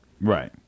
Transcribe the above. Right